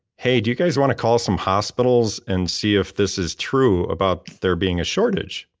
hey, do you guys want to call some hospitals and see if this is true about there being a shortage?